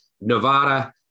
Nevada